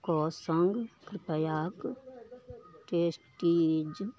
के संग कृपया कऽ टेस्टीज